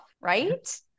right